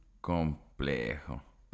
Complejo